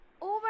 over